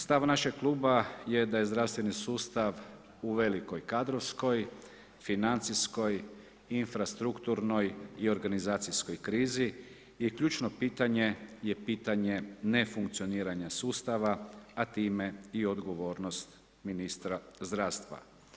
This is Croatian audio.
Stav našeg kluba je da je zdravstveni sustav u velikoj kadrovskoj, financijskoj, infrastrukturnoj i organizacijskoj krizi i ključno pitanje, je pitanje ne funkcioniranja sustava, a time i odgovornost ministra zdravstva.